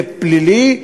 זה פלילי,